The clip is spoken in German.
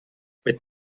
mit